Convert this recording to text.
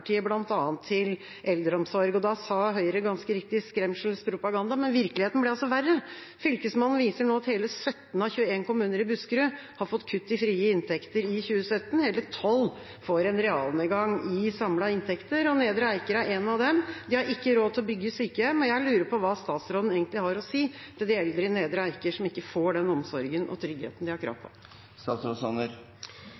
til eldreomsorg. Da sa Høyre, ganske riktig, at det var skremselspropaganda, men virkeligheten ble altså verre. Fylkesmannen viser nå at hele 17 av 21 kommuner i Buskerud har fått kutt i frie inntekter i 2017. Hele tolv kommuner får en realnedgang i samla inntekter, og Nedre Eiker er en av dem. De har ikke råd til å bygge sykehjem. Jeg lurer på hva statsråden egentlig har å si til de eldre i Nedre Eiker som ikke får den omsorgen og den tryggheten de har krav